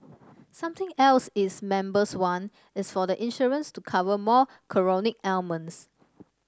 something else its members want is for the insurance to cover more chronic ailments